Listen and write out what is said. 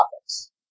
topics